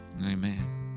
Amen